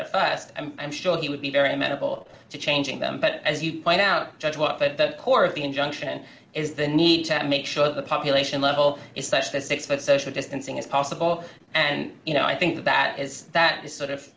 and i'm sure he would be very amenable to changing them but as you point out judge what's at the core of the injunction is the need to make sure the population level is such that six but social distancing is possible and you know i think that that is that is sort of